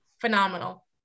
phenomenal